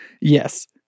Yes